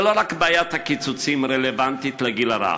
ולא רק בעיית הקיצוצים רלוונטית לגיל הרך,